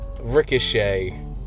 Ricochet